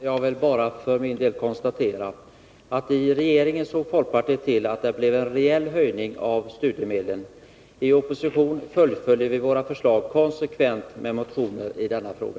Herr talman! Jag vill bara för min del konstatera att i regeringen såg folkpartiet till att det blev en rejäl höjning av studiemedlen. I opposition fullföljer vi våra förslag konsekvent med motioner i denna fråga.